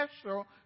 special